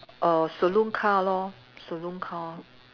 err saloon car lor saloon car